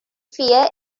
fear